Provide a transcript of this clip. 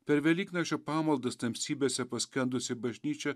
per velyknakčio pamaldas tamsybėse paskendusi bažnyčia